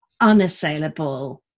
unassailable